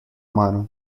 mano